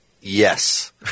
Yes